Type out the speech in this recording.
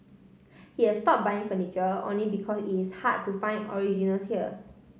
he has stop buying furniture only because it is hard to find originals here